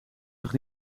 zich